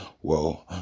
whoa